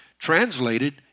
Translated